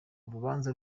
urubanza